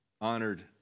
honored